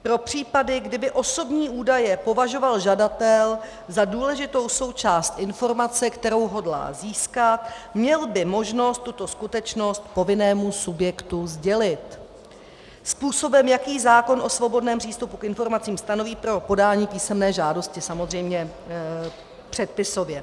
Pro případy, kdy by osobní údaje považoval žadatel za důležitou součást informace, kterou hodlá získat, měl by možnost tuto skutečnost povinnému subjektu sdělit způsobem, jaký zákon o svobodném přístupu k informacím stanoví pro podání písemné žádosti samozřejmě předpisově.